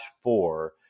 four